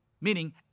Meaning